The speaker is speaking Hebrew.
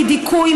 מדיכוי,